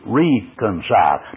reconcile